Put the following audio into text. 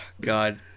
God